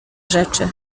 rzeczy